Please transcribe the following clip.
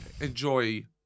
enjoy